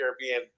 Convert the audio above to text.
Caribbean